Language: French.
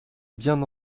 bien